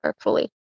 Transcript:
fully